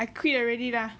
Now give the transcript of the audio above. I quit already lah